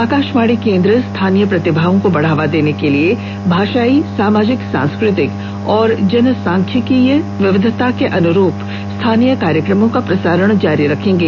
आकाशवाणी केन्द्र स्थानीय प्रतिभाओं को बढ़ावा देने के लिए भाषाई सामाजिक सांस्कृतिक और जनसांख्यिकीय विविधता के अनुरूप स्थानीय कार्यक्रमों का प्रसारण जारी रखेंगे